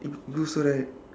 it